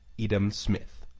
edam smith